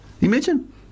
Imagine